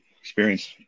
experience